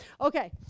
Okay